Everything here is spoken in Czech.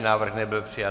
Návrh nebyl přijat.